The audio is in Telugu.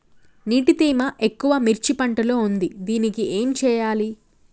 నీటి తేమ ఎక్కువ మిర్చి పంట లో ఉంది దీనికి ఏం చేయాలి?